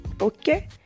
Okay